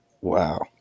Wow